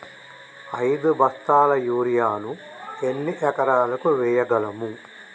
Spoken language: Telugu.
ఐదు బస్తాల యూరియా ను ఎన్ని ఎకరాలకు వేయగలము?